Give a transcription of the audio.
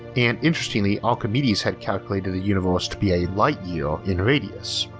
and interestingly archimedes had calculated the universe to be a light year in radius.